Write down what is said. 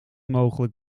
mogelijk